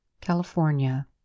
California